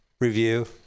review